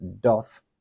doth